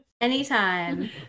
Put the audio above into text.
Anytime